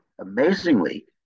amazingly